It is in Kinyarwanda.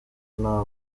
nta